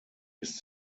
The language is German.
ist